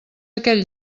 aquell